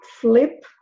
flip